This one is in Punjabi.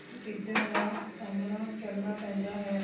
ਚੀਜ਼ਾਂ ਦਾ ਸਾਹਮਣਾ ਕਰਨਾ ਪੈਂਦਾ ਹੈ